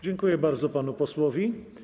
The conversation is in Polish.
Dziękuję bardzo panu posłowi.